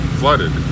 flooded